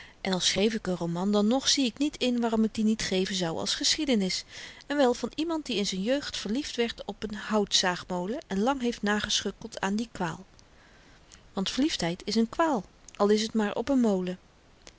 en al schreef ik n roman dan nog zie ik niet in waarom ik die niet geven zou als geschiedenis en wel van iemand die in z'n jeugd verliefd werd op n houtzaagmolen en lang heeft nagesukkeld aan die kwaal want verliefdheid is n kwaal al is t maar op n molen